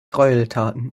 gräueltaten